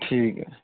ठीक ऐ